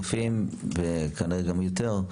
וכנראה גם יותר,